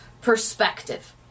perspective